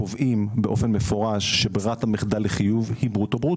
קובעים באופן מפורש שברירת המחדל לחיוב היא ברוטו-ברוטו.